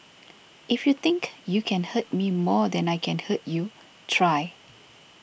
if you think you can hurt me more than I can hurt you try